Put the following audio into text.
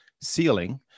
ceiling